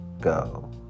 go